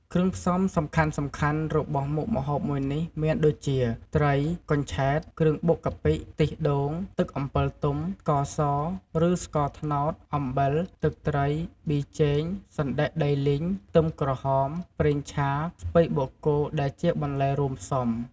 គ្រឿងផ្សំសំខាន់ៗរបស់មុខម្ហូបមួយនេះមានដូចជា ត្រី កញ្ឆែត គ្រឿងបុកកាពិ ខ្ទិះដូង ទឹកអំពិលទុំ ស្ករស ឬស្ករត្នោត អំបិល ទឹកត្រី ប៊ីចេង សណ្ដែកដីលីង ខ្ទឹមក្រហម ប្រេងឆា ស្ពៃបូកគោដែលជាបន្លែរួមផ្សំ។